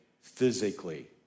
physically